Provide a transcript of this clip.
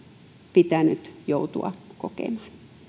pitänyt joutua kokemaan